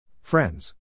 Friends